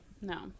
no